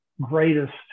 greatest